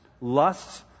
lusts